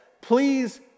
Please